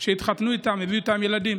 שהן התחתנו איתם, הביאו איתם ילדים.